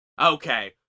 Okay